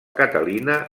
catalina